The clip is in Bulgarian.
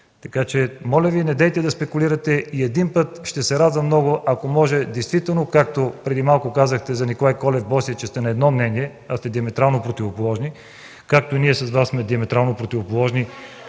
така че, моля Ви, недейте да спекулирате. Един път, ще се радвам много, ако може действително, както преди малко казахте за Николай Колев-Босия, че сте на едно мнение, а сте диаметрално противоположни, както ние с Вас сме диаметрално противоположни,